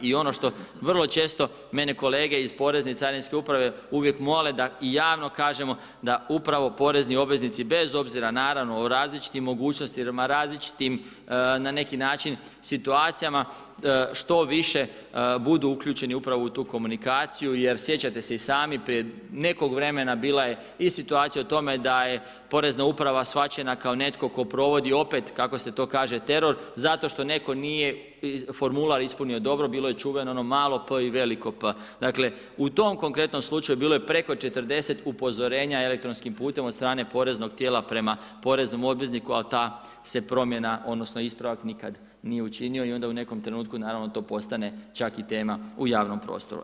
I ono što vrlo često mene kolege iz porezne i carinske uprave uvijek mole da i javno kažemo da upravo porezni obveznici bez obzira naravno, o različitim mogućnostima, različitim na neki način, situacijama što više budu uključeni u tu komunikaciju jer sjećate se i sami prije nekog vremena bila je i situacija u tome da je Porezna uprava shvaćena kao netko tko provodi opet, kako se to kaže, teror zato što netko nije formular ispunio dobro, bilo je čuveno ono malo p i veliko P. Dakle, u tom konkretnom slučaju bilo je preko 40 upozorenja elektronskim putem od strane poreznog tijela prema poreznom obvezniku, ali ta se promjena odnosno ispravak nikad nije učinio i onda u nekom trenutku naravno to postane čak i tema u javnom prostoru.